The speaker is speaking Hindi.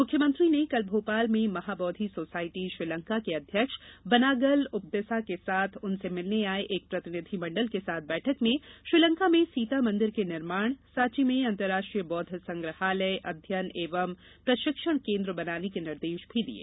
मुख्यमंत्री ने कल भोपाल में महाबौद्वी सोसायटी श्रीलंका के अध्यक्ष बनागल उपतिसा के साथ उनसे मिलने आये एक प्रतिनिधिमंडल के साथ बैठक में श्रीलंका में सीता मंदिर के निर्माण सांची में अंतरराष्ट्रीय बौद्ध संग्रहालय अध्ययन एवं प्रशिक्षण केन्द्र बनाने के निर्देश भी दिये